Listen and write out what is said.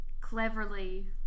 cleverly